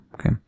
okay